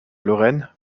lorraine